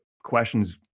Questions